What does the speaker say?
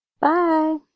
Bye